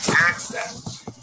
access